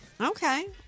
Okay